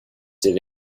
did